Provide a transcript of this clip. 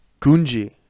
Gunji